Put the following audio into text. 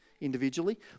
individually